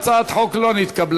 הצעת החוק לא נתקבלה.